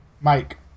Mike